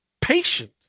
patient